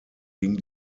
ging